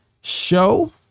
show